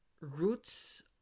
roots